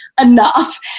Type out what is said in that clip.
enough